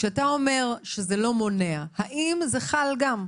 כשאתה אומר שזה לא מונע, האם זה חל גם?